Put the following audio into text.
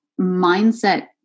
mindset